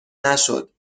نشد